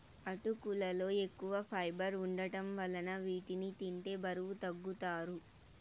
అటుకులలో ఎక్కువ ఫైబర్ వుండటం వలన వీటిని తింటే బరువు తగ్గుతారు